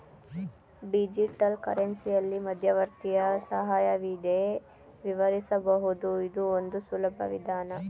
digital ಕರೆನ್ಸಿಯಲ್ಲಿ ಮಧ್ಯವರ್ತಿಯ ಸಹಾಯವಿಲ್ಲದೆ ವಿವರಿಸಬಹುದು ಇದು ಒಂದು ಸುಲಭ ವಿಧಾನ